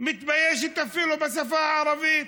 מתביישת אפילו בשפה הערבית.